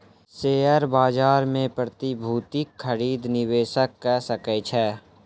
share बाजार मे प्रतिभूतिक खरीद निवेशक कअ सकै छै